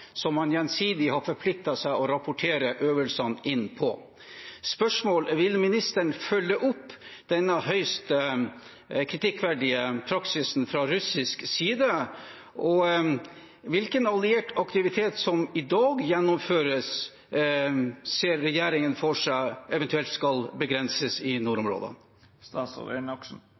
som man gjensidig har forpliktet seg til å rapportere øvelsene inn på. Spørsmålet er: Vil ministeren følge opp denne høyst kritikkverdige praksisen fra russisk side? Og hvilken alliert aktivitet som i dag gjennomføres, ser regjeringen for seg eventuelt skal begrenses i